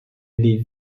les